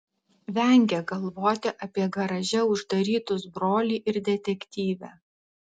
vengė galvoti apie garaže uždarytus brolį ir detektyvę